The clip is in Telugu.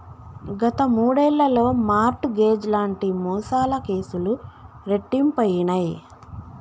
గత మూడేళ్లలో మార్ట్ గేజ్ లాంటి మోసాల కేసులు రెట్టింపయినయ్